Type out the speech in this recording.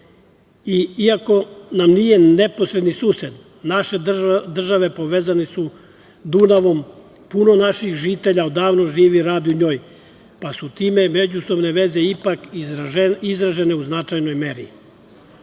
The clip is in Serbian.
iako nam nije neposredni sused naše države povezane su Dunavom. Puno naših žitelja odavno živi i radu u noj, pa su time međusobne veze ipak izražene u značajnoj meri.